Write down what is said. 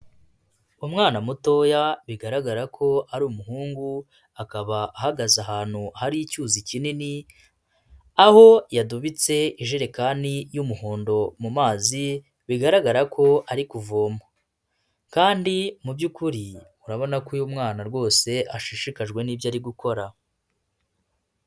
Umwana mutoya bigaragara ko ari umuhungu, akaba ahagaze ahantu hari icyuzi kinini, aho yadubitse ijerekani y'umuhondo mu mazi, bigaragara ko ari kuvoma kandi mu by'ukuri urabona ko uyu mwana rwose ashishikajwe nibyo ari gukora.